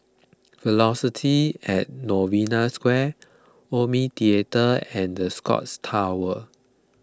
Velocity at Novena Square Omni theatre and the Scotts Tower